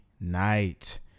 night